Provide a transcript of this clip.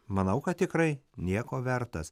manau kad tikrai nieko vertas